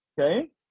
Okay